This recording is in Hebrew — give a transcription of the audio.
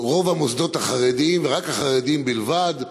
רוב המוסדות החרדיים, ורק החרדיים בלבד,